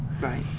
Right